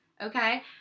Okay